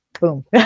Boom